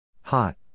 Hot